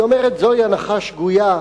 היא אומרת שזוהי הנחה שגויה,